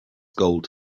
gold